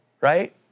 right